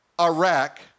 Iraq